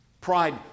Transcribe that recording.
Pride